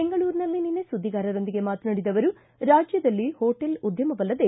ಬೆಂಗಳೂರಿನಲ್ಲಿ ನಿನ್ನೆ ಸುದ್ದಿಗಾರರೊಂದಿಗೆ ಮಾತನಾಡಿದ ಅವರು ರಾಜ್ಯದಲ್ಲಿ ಹೋಟೆಲ್ ಉದ್ಯಮವಲ್ಲದೆ